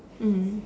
mm